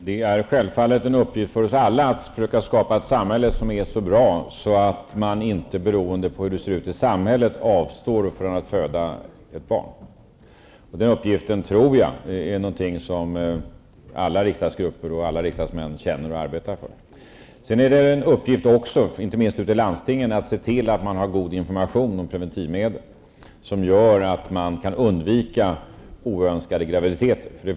Herr talman! Det är självfallet en uppgift för oss alla att försöka skapa ett samhälle som är så bra att man inte, beroende på hur det ser ut i samhället, avstår från att föda ett barn. Det tror jag är någonting som alla riksdagsgrupper och riksdagsmän arbetar för. Sedan är det en uppgift inte minst till landstingen att se till att det finns god information om preventivmedel och som gör att man kan undvika oönskade graviditeter.